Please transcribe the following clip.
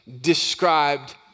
described